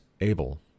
Abel